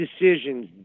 decisions